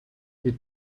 the